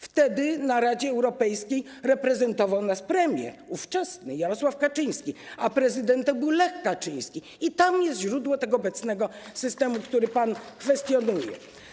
Wtedy w Radzie Europejskiej reprezentował nas ówczesny premier Jarosław Kaczyński, a prezydentem był Lech Kaczyński i tam jest źródło obecnego systemu, który pan kwestionuje.